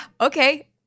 okay